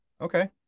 Okay